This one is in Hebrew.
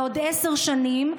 בעוד עשר שנים.